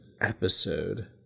episode